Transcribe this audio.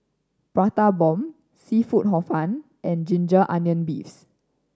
Prata Bomb seafood Hor Fun and ginger onion beef